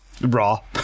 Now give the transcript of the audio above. raw